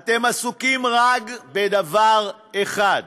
אתם עסוקים רק בדבר אחד: